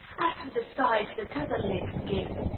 as for the sighs that other lips give,